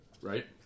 Right